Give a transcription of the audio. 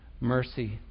mercy